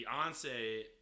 Beyonce